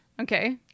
Okay